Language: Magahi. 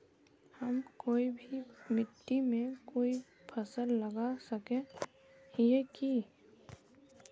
हम कोई भी मिट्टी में कोई फसल लगा सके हिये की?